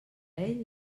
ell